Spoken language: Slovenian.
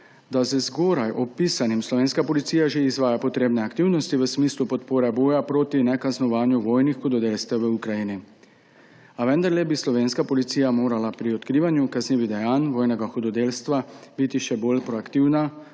da z zgoraj opisanim slovenska Policija že izvaja potrebne aktivnosti v smislu podpore boju porti nekaznovanju vojnih hudodelstev v Ukrajini. A vendarle bi slovenska Policija morala pri odkrivanju kaznivih dejanj vojnega hudodelstva biti še bolj proaktivna,